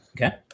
Okay